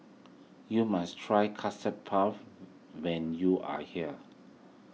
you must try Custard Puff when you are here